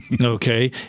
Okay